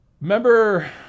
Remember